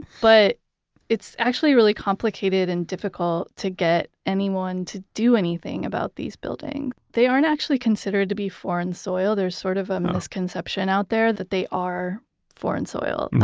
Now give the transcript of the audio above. but it's actually really complicated and difficult to get anyone to do anything about these buildings. they aren't actually considered to be foreign soil. there's sort of a misconception out there that they are foreign soil,